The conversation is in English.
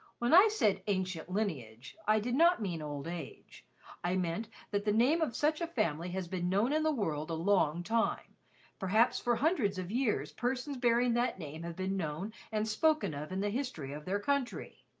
when i said ancient lineage i did not mean old age i meant that the name of such a family has been known in the world a long time perhaps for hundreds of years persons bearing that name have been known and spoken of in the history of their country.